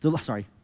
sorry